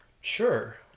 Sure